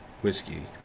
Whiskey